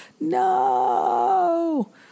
no